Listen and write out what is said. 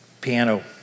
piano